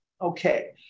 okay